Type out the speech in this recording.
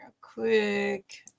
quick